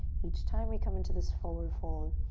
each time we come into this forward fold,